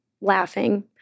laughing